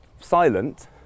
silent